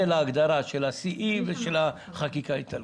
להגדרה של ה-CE ושל החקיקה האיטלקית.